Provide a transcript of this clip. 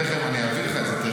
תכף אני אעביר לך את זה,